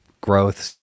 growth